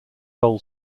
old